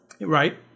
Right